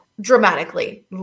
dramatically